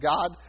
God